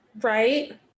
Right